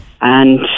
And-